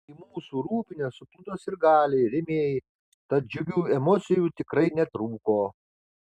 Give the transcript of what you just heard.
į mūsų rūbinę suplūdo sirgaliai rėmėjai tad džiugių emocijų tikrai netrūko